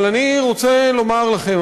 אבל אני רוצה לומר לכם,